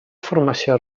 formació